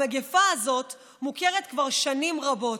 המגפה הזאת מוכרת כבר שנים רבות,